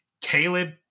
Caleb